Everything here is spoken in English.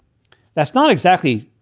that's not exactly,